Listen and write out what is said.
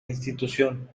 institución